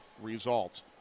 results